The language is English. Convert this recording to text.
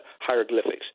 hieroglyphics